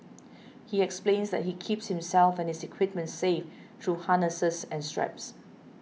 he explains that he keeps himself and his equipment safe through harnesses and straps